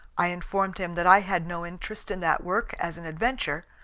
i informed him that i had no interest in that work as an adventure,